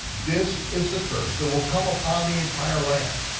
this is the curse that will come upon the entire land.